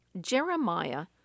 Jeremiah